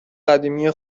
قدیمی